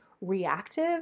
reactive